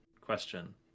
question